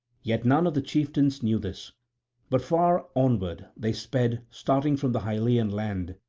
yet none of the chieftains knew this but far onward they sped starting from the hyllean land,